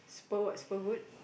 spur what spur wood